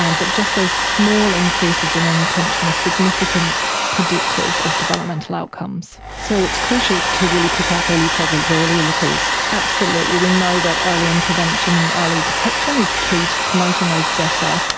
um but just those small increases in inattention are significant predictors of developmental outcomes. so it's crucial to really pick up any problems early in the piece. absolutely, we know that early intervention and early detection is key to promoting those better,